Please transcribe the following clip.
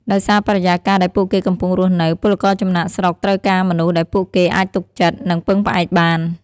ដោយសារបរិយាកាសដែលពួកគេកំពុងរស់នៅ ពលករចំណាកស្រុកត្រូវការមនុស្សដែលពួកគេអាចទុកចិត្ត និងពឹងផ្អែកបាន ។